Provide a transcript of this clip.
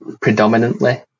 predominantly